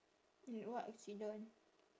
wait what accident